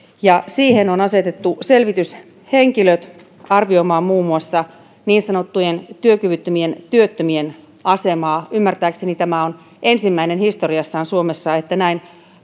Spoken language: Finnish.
ja siihen on asetettu selvityshenkilöt arvioimaan muun muassa niin sanottujen työkyvyttömien työttömien asemaa ymmärtääkseni tämä on ensimmäinen kerta historiassa suomessa että näin